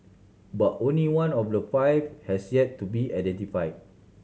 but only one of the five has yet to be identify